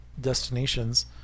destinations